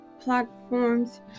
platforms